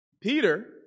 Peter